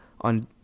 on